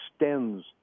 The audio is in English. extends